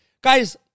Guys